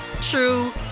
true